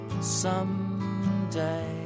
someday